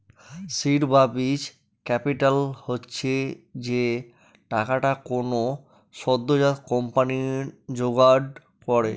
seed বা বীজ capital হচ্ছে যে টাকাটা কোনো সদ্যোজাত কোম্পানি জোগাড় করে